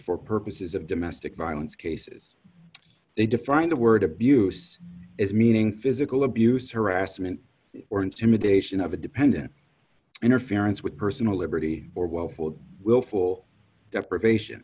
for purposes of domestic violence cases they define the word abuse as meaning physical abuse harassment or intimidation of a dependent interference with personal liberty or well for willful deprivation